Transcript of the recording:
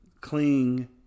cling